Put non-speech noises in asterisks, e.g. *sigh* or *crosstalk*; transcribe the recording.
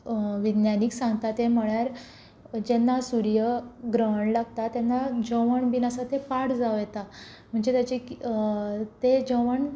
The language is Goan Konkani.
विज्ञानीक सांगता तें म्हणल्यार जेन्ना सूर्य ग्रहण लागता तेन्ना जेवण बीन आसा तें पाड जावं येता म्हणजे *unintelligible* तें जेवण